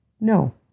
No